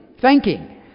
thanking